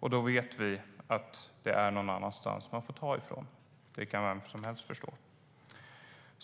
Då vet vi att det är någon annanstans man får ta dem ifrån. Det kan vem som helst förstå.